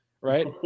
right